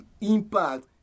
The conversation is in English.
impact